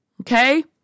okay